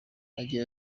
agira